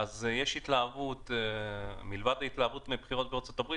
ויש התלהבות ברשתות - מלבד ההתלהבות מבחירות בארצות הברית